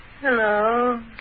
Hello